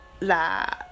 la